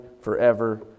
forever